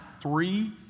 three